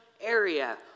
area